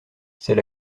c’est